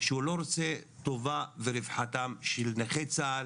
שהוא לא רוצה טובה ורווחתם של נכי צה"ל,